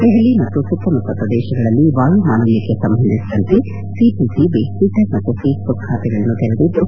ದೆಹಲಿ ಮತ್ತು ಸುತ್ತಮುತ್ತ ಪ್ರದೇಶಗಳಲ್ಲಿ ವಾಯು ಮಾಲಿನ್ಹಕ್ಕೆ ಸಂಬಂಧಿಸಿದಂತೆ ಸಿಪಿಸಿಬಿ ಟ್ವಿಟರ್ ಮತ್ತು ಫೇಸ್ ಬುಕ್ ಖಾತೆಗಳನ್ನು ತೆರೆದಿದ್ದು